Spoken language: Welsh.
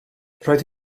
roedd